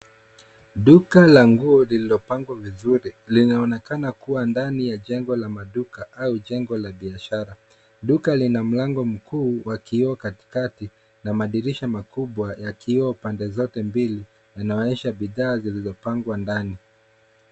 Duka la nguo lililopangwa vizuri. Linaonekana kuwa ndani ya jengo la maduka au jengo la biashara. Duka lina mlango mkuu wa kioo katikati, na madirisha makubwa ya kioo pande zote mbili, yanayoonyesha bidhaa zilizopangwa ndani.